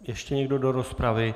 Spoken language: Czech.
Ještě někdo do rozpravy?